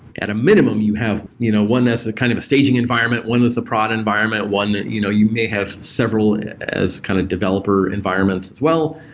at a minimum, you have you know one as kind of a staging environment, one is a prod environment. you know you may have several as kind of developer environment as well.